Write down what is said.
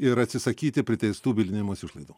ir atsisakyti priteistų bylinėjimosi išlaidų